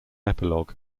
epilogue